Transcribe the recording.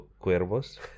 Cuervos